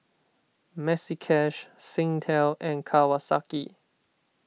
Maxi Cash Singtel and Kawasaki